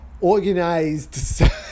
organized